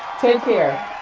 take care.